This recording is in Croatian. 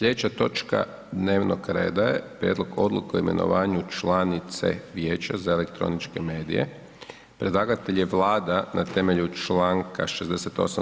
Sljedeća točka dnevnog reda je: - Prijedlog Odluke o imenovanju članice Vijeća za elektroničke medije; Predlagatelj je Vlada na temelju čl. 68.